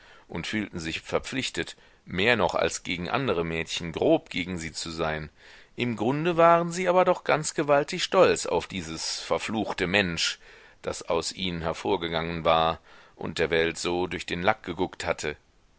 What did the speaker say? und fühlten sich verpflichtet mehr noch als gegen andere mädchen grob gegen sie zu sein im grunde waren sie aber doch ganz gewaltig stolz auf dieses verfluchte mensch das aus ihnen hervorgegangen war und der welt so durch den lack geguckt hatte